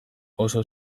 oso